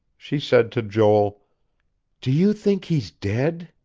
she said to joel do you think he's dead?